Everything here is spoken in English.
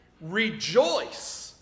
rejoice